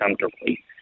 comfortably